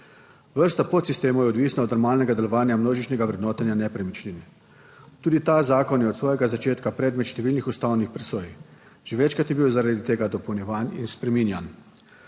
Vrsta podsistemov je odvisna od normalnega delovanja množičnega vrednotenja nepremičnin. Tudi ta zakon je od svojega začetka predmet številnih ustavnih presoj. Že večkrat je bil zaradi tega dopolnjevanj in spreminjanj.